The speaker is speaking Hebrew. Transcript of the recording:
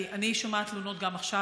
כי אני שומעת תלונות גם עכשיו,